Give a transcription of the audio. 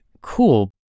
cool